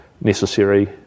necessary